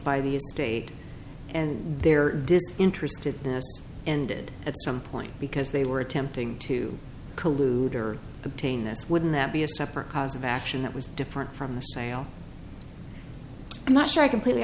by the estate and they're interested in did at some point because they were attempting to collude or obtain this wouldn't that be a separate cause of action that was different from the sale i'm not sure i completely